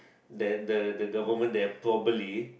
then the the government they probably